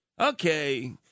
Okay